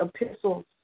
epistles